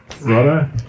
Righto